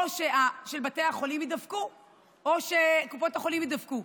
או שבתי החולים יידפקו או שקופות החולים יידפקו,